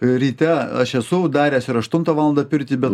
ryte aš esu daręs ir aštuntą valandą pirtį bet